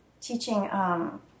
teaching